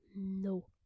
No